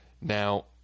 Now